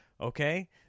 okay